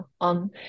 on